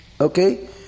Okay